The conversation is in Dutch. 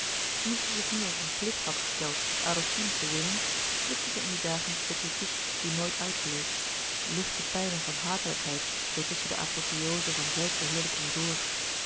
omdat zij zich nu als een plicht had gesteld adolfine te winnen slikte zij in die dagen de kritiek die nooit uitbleef lichte pijlen van hatelijkheid zoo tuslouis couperus de boeken der